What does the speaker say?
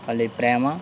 అది ప్రేమ